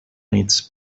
its